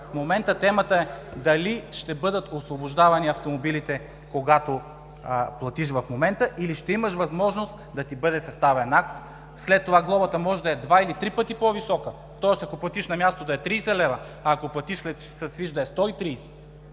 сега. Темата е дали ще бъдат освобождавани автомобилите, когато платиш в момента, или ще имаш възможност да ти бъде съставен акт, а след това глобата може да бъде два или три пъти по-висока. Тоест ако платиш на място, глобата да е 30 лв., а ако платиш с фиш – 130